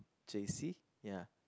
j_c ya